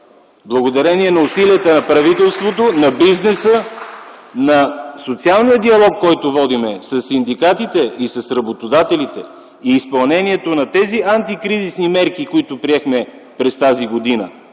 благодарение на усилията на правителството, на бизнеса, на социалния диалог, който водим със синдикатите и с работодателите, и изпълнението на антикризисните мерки, които приехме през тази година.